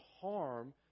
harm